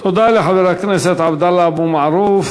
תודה לחבר הכנסת עבדאללה אבו מערוף.